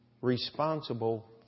responsible